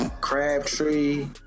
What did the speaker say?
Crabtree